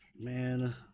Man